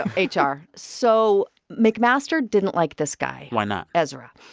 um h r. so mcmaster didn't like this guy. why not. ezra.